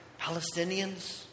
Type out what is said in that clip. Palestinians